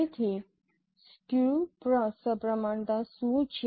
તેથી સ્ક્યૂ સપ્રમાણતા શું છે